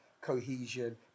cohesion